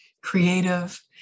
creative